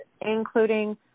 including